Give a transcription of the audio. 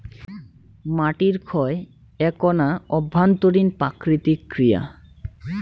মাটির ক্ষয় এ্যাকনা অভ্যন্তরীণ প্রাকৃতিক ক্রিয়া